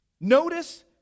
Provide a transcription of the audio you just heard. notice